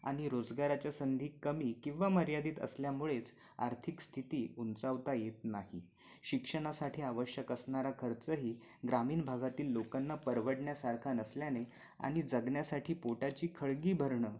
आणि रोजगाराच्या संधी कमी किंवा मर्यादित असल्यामुळेच आर्थिक स्थिती उंचावता येत नाही शिक्षणासाठी आवश्यक असणारा खर्चही ग्रामीण भागातील लोकांना परवडण्यासारखा नसल्याने आणि जगण्यासाठी पोटाची खळगी भरणं